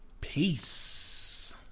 Peace